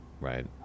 right